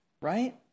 Right